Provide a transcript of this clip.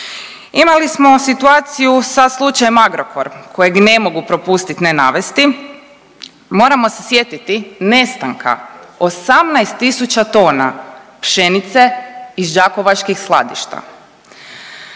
Imali smo situaciju sa slučajem Agrokor kojeg ne mogu propustit ne navesti, moramo se sjetiti nestanka 18 tisuća tona pšenice iz đakovačkih skladišta.